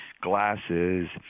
glasses